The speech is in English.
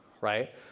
right